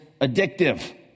addictive